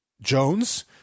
Jones